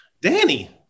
Danny